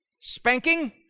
spanking